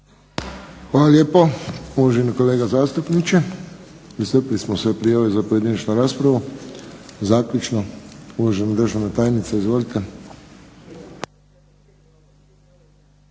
Hvala lijepo, uvaženi kolega zastupniče. Iscrpili smo sve prijave za pojedinačnu raspravu. Zaključno, uvažena državna tajnica. Izvolite.